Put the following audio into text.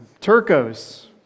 Turco's